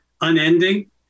unending